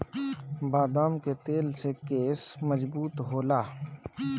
बदाम के तेल से केस मजबूत होला